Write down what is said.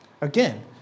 Again